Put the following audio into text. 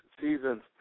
seasons